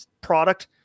product